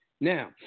Now